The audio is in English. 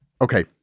Okay